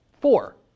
four